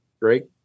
great